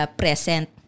present